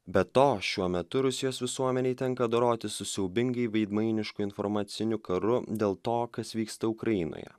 be to šiuo metu rusijos visuomenei tenka dorotis su siaubingai veidmainišku informaciniu karu dėl to kas vyksta ukrainoje